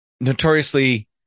notoriously